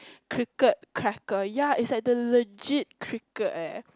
cricket cracker yeah is at the legit cricket eh